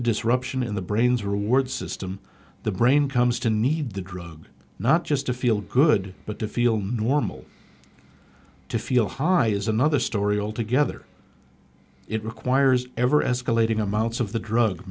the disruption in the brain's reward system the brain comes to need the drug not just to feel good but to feel normal to feel high is another story altogether it requires ever escalating amounts of the drug